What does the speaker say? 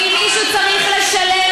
ואם מישהו צריך לשלם,